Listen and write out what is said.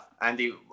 Andy